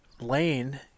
Lane